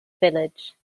village